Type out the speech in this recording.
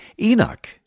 Enoch